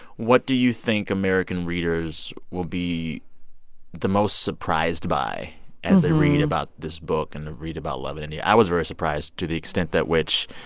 what do you think american readers will be the most surprised by as they read about this book and read about love in india? i was very surprised to the extent that which